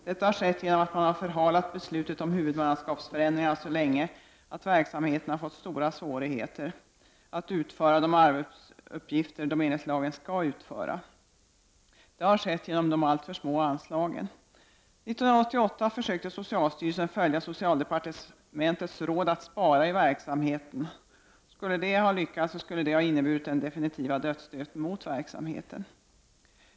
Detta har skett genom att man har förhalat beslutet om huvudmannaskapsförändringar så länge att verksamheten har fått stora svårigheter att utföra de arbetsuppgifter den enligt lagen skall utföra. Det har skett genom de alltför små anslagen. 1988 försökte socialstyrelsen följa socialdepartementets råd att spara i verksamheten. Om det hade lyckats skulle det ha inneburit den definitiva dödsstöten mot verksamheten.